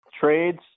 trades